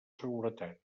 seguretat